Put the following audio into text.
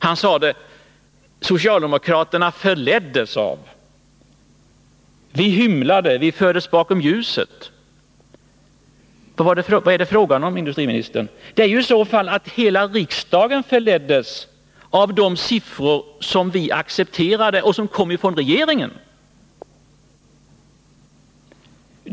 Han sade att socialdemokraterna förleddes, att vi hymlade, att vi fördes bakom ljuset. Vad är det fråga om, industriministern? I så fall förleddes hela riksdagen av de siffror vi accepterade och som kom från regeringen.